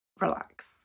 relax